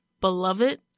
beloved